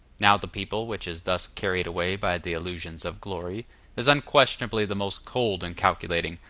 now the people which is thus carried away by the illusions of glory is unquestionably the most cold and calculating,